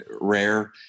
rare